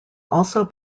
also